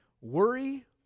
worry